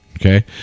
okay